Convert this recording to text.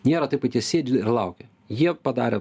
nėra taip kad jie sėdi ir laukia jie padarė